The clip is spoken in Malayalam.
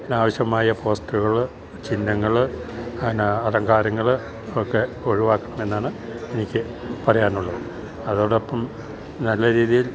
ആനാവശ്യമായ പോസ്റ്ററ്കള് ചിഹ്നങ്ങള് അന്നാ അലങ്കാരങ്ങൾ ഒക്കെ ഒഴിവാക്കണം എന്നാണ് എനിക്ക് പറയാനൊള്ളത് അതോടൊപ്പം നല്ല രീതീൽ